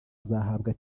azahabwa